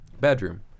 bedroom